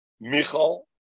Michal